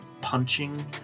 punching